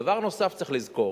דבר נוסף שצריך לזכור,